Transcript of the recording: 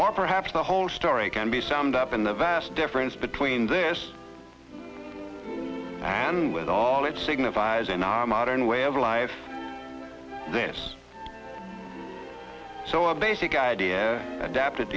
or perhaps the whole story can be summed up in the vast difference between this and with all it signifies in our modern way of life this so our basic idea adapted